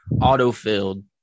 auto-filled